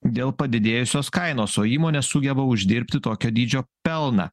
dėl padidėjusios kainos o įmonė sugeba uždirbti tokio dydžio pelną